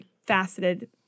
faceted